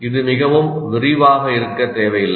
இது மிகவும் விரிவாக இருக்க தேவையில்லை